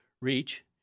reach